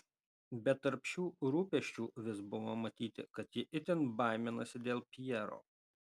bet tarp šių rūpesčių vis buvo matyti kad ji itin baiminasi dėl pjero